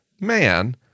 man